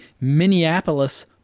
Minneapolis